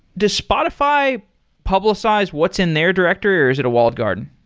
does spotify publicize what's in their directory, or is it a walled garden?